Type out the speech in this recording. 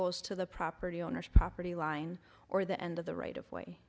goes to the property owner's property line or the end of the right of way